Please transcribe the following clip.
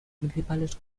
principales